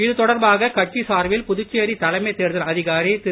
இது தொடர்பாக கட்சி சார்பில் புதுச்சேரி தலைமை தேர்தல் அதிகாரி திரு